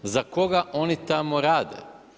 Za koga oni tamo rade?